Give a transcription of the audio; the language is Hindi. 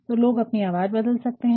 तो लोग अपनी आवाज़ बदल सकते हैं